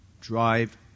drive